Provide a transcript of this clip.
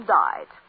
died